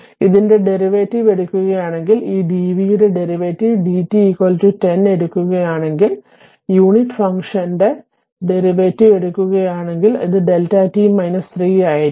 അതിനാൽ ഇതിന്റെ ഡെറിവേറ്റീവ് എടുക്കുകയാണെങ്കിൽ ഈ d v യുടെ ഡെറിവേറ്റീവ് d t 10 എടുക്കുകയാണെങ്കിൽ യൂണിറ്റ് ഫംഗ്ഷന്റെ ഡെറിവേറ്റീവ് എടുക്കുകയാണെങ്കിൽ അത് Δ t 3 ആയിരിക്കും